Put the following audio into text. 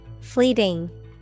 Fleeting